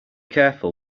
careful